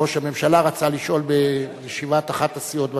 שראש הממשלה רצה לשאול בישיבת אחת הסיעות בכנסת.